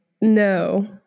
No